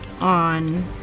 on